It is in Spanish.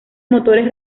motores